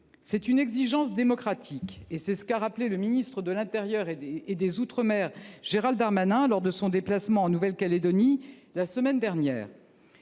C’est une exigence démocratique, comme l’a rappelé le ministre de l’intérieur et des outre mer Gérald Darmanin lors de son déplacement en Nouvelle Calédonie la semaine dernière.